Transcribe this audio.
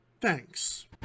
thanks